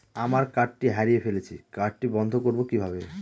আমার কার্ডটি হারিয়ে ফেলেছি কার্ডটি বন্ধ করব কিভাবে?